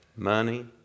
Money